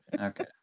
Okay